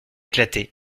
éclater